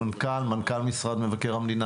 מנכ"ל משרד מבקר המדינה,